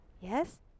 yes